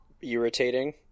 irritating